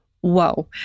whoa